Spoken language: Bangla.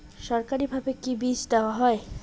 সরকারিভাবে কি বীজ দেওয়া হয়?